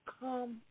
come